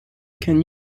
can